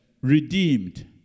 Redeemed